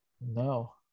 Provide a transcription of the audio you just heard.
No